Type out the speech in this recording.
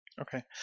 Okay